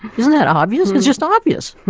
isn't that obvious, it's just obvious,